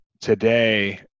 today